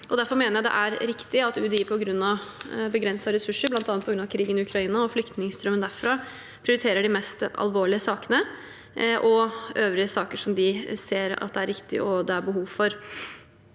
Derfor mener jeg det er riktig at UDI på grunn av begrensede ressurser, bl.a. på grunn av krigen i Ukraina og flyktningstrømmen derfra, prioriterer de mest alvorlige sakene og øvrige saker der de ser det er riktig, og der